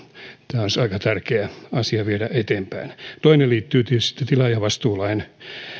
tämä olisi aika tärkeä asia viedä eteenpäin toinen liittyy sitten tietysti tilaajavastuulain